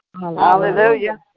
Hallelujah